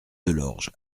delorge